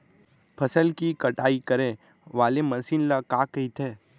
फसल की कटाई करे वाले मशीन ल का कइथे?